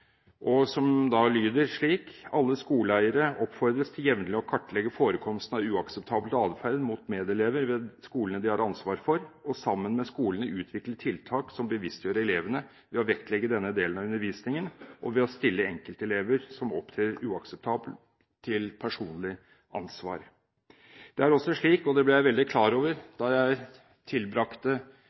skoleeiere oppfordres til jevnlig å kartlegge forekomsten av uakseptabel adferd mot medelever ved skolene de har ansvar for, og sammen med skolene utvikle tiltak som bevisstgjør elevene ved å vektlegge denne delen av undervisningen, og ved å stille enkeltelever som opptrer uakseptabelt, til personlig ansvar.» Da jeg for første gang i mitt liv besøkte en synagoge den 26. november i år, og tilbrakte dagen der, ble jeg veldig klar over